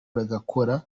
bagakora